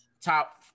top